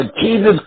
Jesus